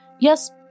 yes